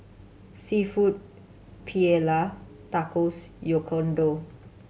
Seafood Paella Tacos Oyakodon